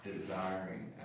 Desiring